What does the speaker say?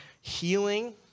healing